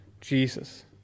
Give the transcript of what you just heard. Jesus